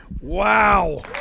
Wow